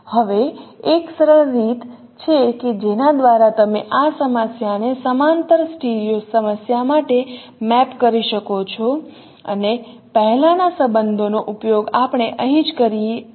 હવે એક સરળ રીત છે કે જેના દ્વારા તમે આ સમસ્યા ને સમાંતર સ્ટીરિયો સમસ્યા માટે મેપ કરી શકો છો અને પહેલાનાં સંબંધોનો ઉપયોગ આપણે અહીં જ કરી છે